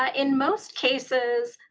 ah in most cases,